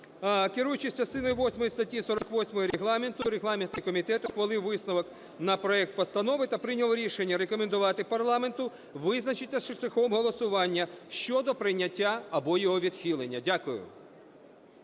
Керуючись частиною восьмою статті 48 Регламенту регламентний комітет ухвалив висновок на проект Постанови та прийняв рішення рекомендувати парламенту визначитися шляхом голосування щодо прийняття або його відхилення. Дякую.